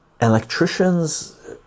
electricians